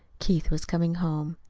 keith was coming home.